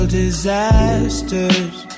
disasters